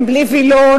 הם בלי וילון,